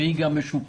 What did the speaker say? והיא גם משופה.